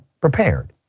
prepared